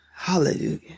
Hallelujah